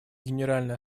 генеральная